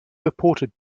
reported